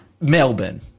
Melbourne